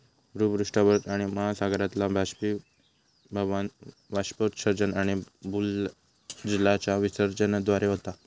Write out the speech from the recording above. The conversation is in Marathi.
भूपृष्ठावरचा पाणि महासागरातला बाष्पीभवन, बाष्पोत्सर्जन आणि भूजलाच्या विसर्जनाद्वारे होता